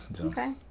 Okay